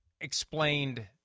explained